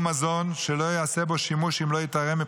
מזון שלא ייעשה בו שימוש אם לא ייתרם,